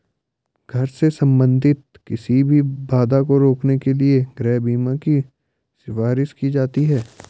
घर से संबंधित किसी भी बाधा को रोकने के लिए गृह बीमा की सिफारिश की जाती हैं